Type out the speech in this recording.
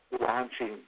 launching